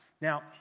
Now